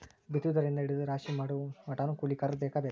ಬಿತ್ತುದರಿಂದ ಹಿಡದ ರಾಶಿ ಮಾಡುಮಟಾನು ಕೂಲಿಕಾರರ ಬೇಕ ಬೇಕ